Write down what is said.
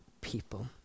people